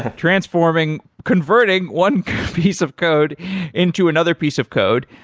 transforming, converting one piece of code into another piece of code.